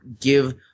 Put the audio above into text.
give